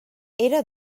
era